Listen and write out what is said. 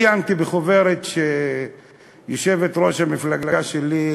עיינתי בחוברת שיושבת-ראש המפלגה שלי,